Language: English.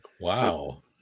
Wow